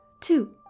two